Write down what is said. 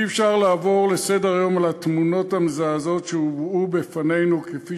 אי-אפשר לעבור לסדר-היום על התמונות המזעזעות שהובאו בפנינו כפי